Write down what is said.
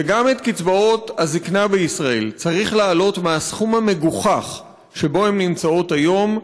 וגם את קצבאות הזיקנה בישראל צריך להעלות מהסכום המגוחך שלהן היום,